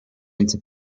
into